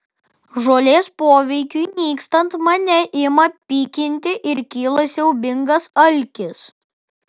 žolės poveikiui nykstant mane ima pykinti ir kyla siaubingas alkis